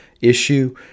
issue